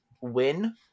win